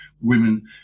women